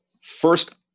first